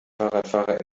fahrradfahrer